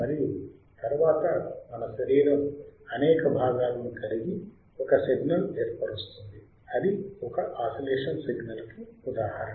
మరియు తర్వాత మన శరీరం అనేక భాగాలను కలిగి ఒక సిగ్నల్ ఏర్పరుస్తుంది అది ఒక ఆసిలేషన్ సిగ్నల్ కి ఉదాహరణ